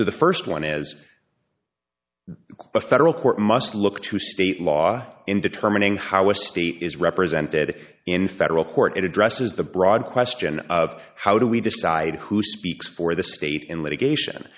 so the st one is a federal court must look to state law in determining how a state is represented in federal court it addresses the broad question of how do we decide who speaks for the state in litigation